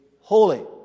holy